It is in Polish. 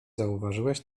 zauważyłeś